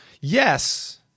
Yes